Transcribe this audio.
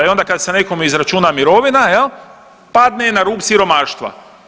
I onda kad se nekome izračuna mirovina padne na rub siromaštva.